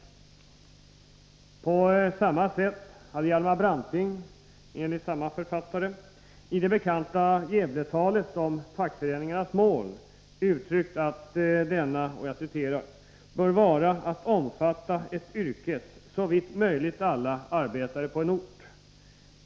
På samma sätt hade Hjalmar Branting, enligt samma författare, i det bekanta Gävletalet om fackföreningarnas mål uttryckt att detta ”bör vara att omfatta ett yrkes såvitt möjligt alla arbetare på en ort.